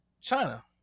China